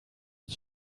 het